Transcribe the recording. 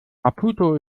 maputo